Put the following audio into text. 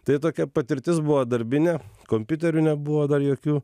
tai tokia patirtis buvo darbinė kompiuterių nebuvo jokių